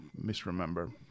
misremember